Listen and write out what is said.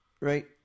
Right